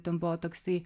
ten buvo toksai